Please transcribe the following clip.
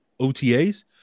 OTAs